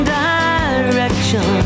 direction